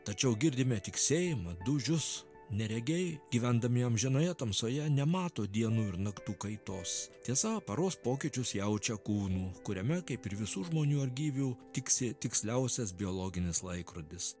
tačiau girdime tiksėjimą dūžius neregiai gyvendami amžinoje tamsoje nemato dienų ir naktų kaitos tiesa paros pokyčius jaučio kūnu kuriame kaip ir visų žmonių ar gyvių tiksi tiksliausias biologinis laikrodis